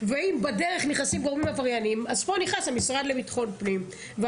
ואם בדרך נכנסים גורמים עברייניים אז פה נכנס המשרד לביטחון פנים.